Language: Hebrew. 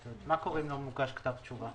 מה קורה אם לא מוגש כתב תשובה?